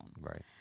Right